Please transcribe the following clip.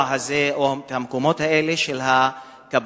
הזה או את המקומות האלה של הקב"סים?